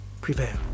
prevail